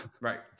Right